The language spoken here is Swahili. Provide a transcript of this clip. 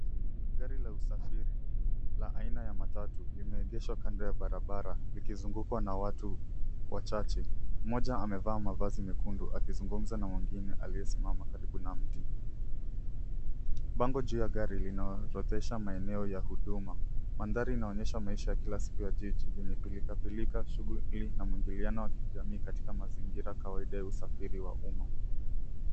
Gari la usafiri la aina ya matatu limeegeshwa kando ya barabara likizungukwa na watu wachache. Mmoja amevaa mavazi mekundu akizungumza na mwingine aliyesimama karibu na mti. Bango juu ya gari linaorodhesha maeneo ya huduma. Mandhari inaonyesha maisha ya kila siku ya jiji yenye pilikapilika, shughuli na mwingiliano wa kijamii katika mazingira kawaida ya usafiri wa umma.